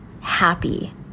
happy